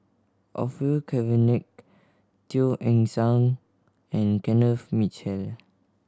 Orfeur Cavenagh Teo Eng Seng and Kenneth Mitchell